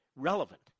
relevant